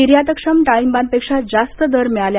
निर्यातक्षम डाळिंबापेक्षा जास्त दर मिळाला